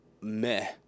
meh